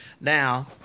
Now